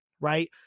right